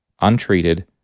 untreated